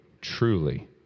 truly